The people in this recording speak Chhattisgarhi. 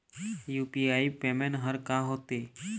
यू.पी.आई पेमेंट हर का होते?